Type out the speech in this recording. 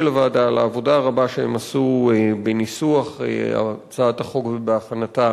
הוועדה על העבודה הרבה שהם עשו בניסוח הצעת החוק ובהכנתה